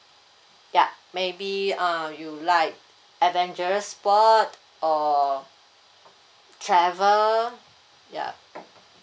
ya maybe uh you like adventurous sport or travel yup